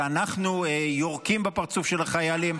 שאנחנו יורקים בפרצוף של החיילים,